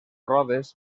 rodes